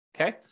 okay